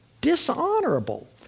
Dishonorable